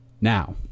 now